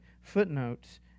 footnotes